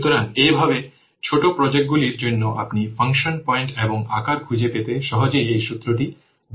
সুতরাং এইভাবে ছোট প্রজেক্টগুলির জন্য আপনি ফাংশন পয়েন্ট এবং আকার খুঁজে পেতে সহজেই এই সূত্রটি ব্যবহার করতে পারেন